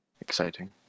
Exciting